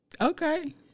Okay